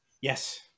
yes